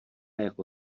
jako